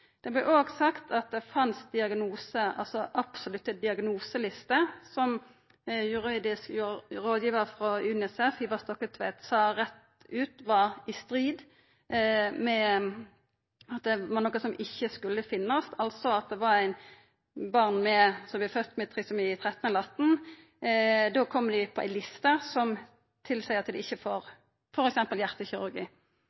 Det vart òg sagt at det fanst absolutte diagnoselister som juridisk rådgivar frå UNICEF, Ivar Stokkereit, sa rett ut var noko som ikkje skulle finnast, altså at barn som vart fødde med trisomi 13 eller 18, kom på ei liste som tilseier at dei ikkje får